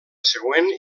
següent